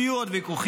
יהיו עוד ויכוחים,